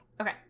Okay